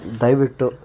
ದಯವಿಟ್ಟು